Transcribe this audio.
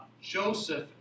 joseph